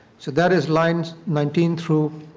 so that is lines nineteen through